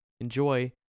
Enjoy